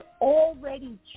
already